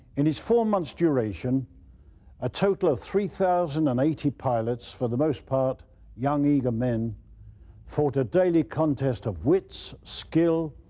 in its four months' duration a total of three thousand and eighty pilots for the most part young eager men fought a daily contest of wits, skill,